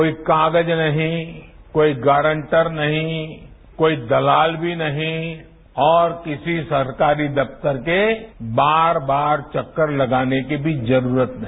कोई कागज नहीं कोई गारंटर नहीं कोई दलाल भी नहीं और किसी सरकारी दफ्तर के बार बार चक्कर लगाने की भी जरूरत नहीं